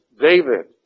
David